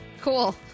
Cool